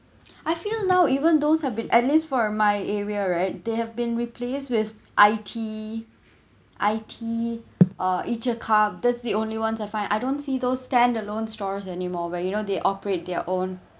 I feel now even those have been at least for my area right they have been replaced with I_ tea I_ tea uh each a cup that's the only one I find I don't see those standalone stores anymore where you know they operate their own